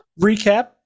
Recap